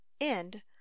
end